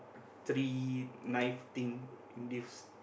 three knife thing in this